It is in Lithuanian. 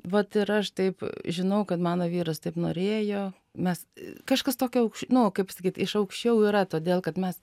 vat ir aš taip žinau kad mano vyras taip norėjo mes kažkas tokio aukš nu kaip pasakyt iš aukščiau yra todėl kad mes